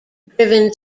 driven